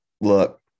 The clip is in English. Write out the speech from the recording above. look